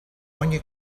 ogni